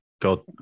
God